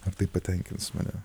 ar tai patenkins mane